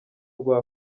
rwa